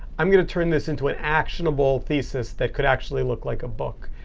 i'm going to turn this into an actionable thesis that could actually look like a book.